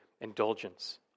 indulgence